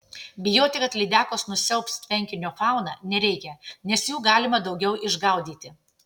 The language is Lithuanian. bijoti kad lydekos nusiaubs tvenkinio fauną nereikia nes jų galima daugiau išgaudyti